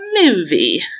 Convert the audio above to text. movie